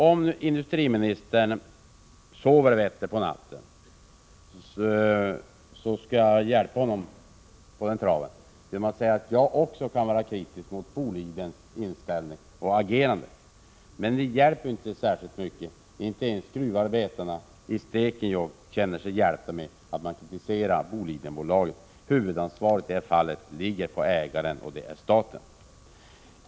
Om industriministern sover bättre på natten av att höra det, kan jag hjälpa honom i det avseendet genom att säga att jag också kan vara kritisk mot Bolidens inställning och agerande. Men det hjälper ju inte särskilt mycket. Gruvarbetarna i Stekenjokk känner sig inte hjälpta av att man kritiserar Bolidenbolaget. Huvudansvaret i det här fallet ligger på ägaren, och det är staten.